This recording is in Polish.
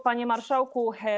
Panie Marszałku!